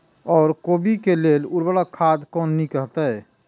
ओर कोबी के लेल उर्वरक खाद कोन नीक रहैत?